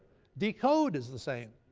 decode is the same.